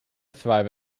thrive